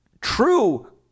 true